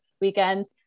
weekend